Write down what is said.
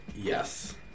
Yes